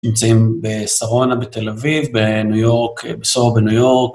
נמצאים בשרונה בתל אביב, בסוהו בניו יורק